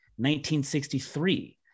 1963